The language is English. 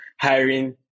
hiring